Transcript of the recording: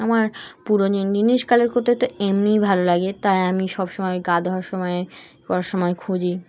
আমার পুরনি জিনিস কালেক্ট করতে তো এমনিই ভালো লাগে তাই আমি সব সমময় গা ধোয়ার সময় করার সময় খুঁজি